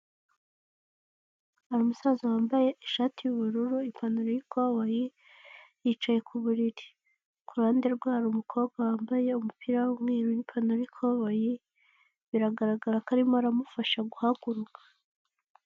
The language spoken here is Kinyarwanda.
Hari umusaza wambaye ishati y'ubururu ipantaro y'ikoboyi yicaye ku buriri, kuruhande rwabo umukobwa wambaye umupira w'mweru n'ipantaro y'ikoboye biragaragara ko arimo aramufasha guhaguruka.